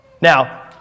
Now